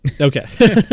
Okay